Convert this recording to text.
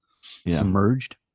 submerged